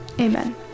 Amen